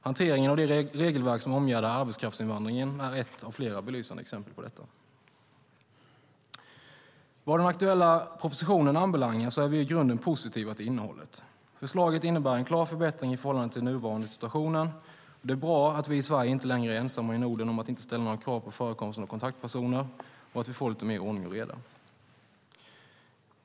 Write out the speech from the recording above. Hanteringen av det regelverk som omgärdar arbetskraftsinvandringen är ett av flera belysande exempel på detta. Vad den aktuella propositionen anbelangar är vi i grunden positiva till innehållet. Förslaget innebär en klar förbättring i förhållande till den nu nuvarande situationen. Det är bra att vi i Sverige inte längre är ensamma i Norden om att inte ställa några krav på förekomsten av kontaktpersoner och att vi får lite mer ordning och reda.